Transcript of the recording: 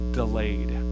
delayed